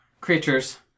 creatures